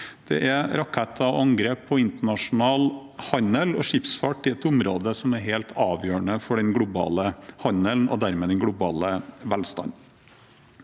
Det er raketter og angrep på internasjonal handel og skipsfart i et område som er helt avgjørende for den globale handelen og dermed for den globale velstanden.